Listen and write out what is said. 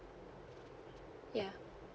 ya